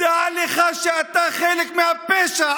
דע לך שאתה חלק מהפשע.